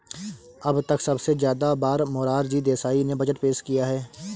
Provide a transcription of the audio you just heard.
अब तक सबसे ज्यादा बार मोरार जी देसाई ने बजट पेश किया है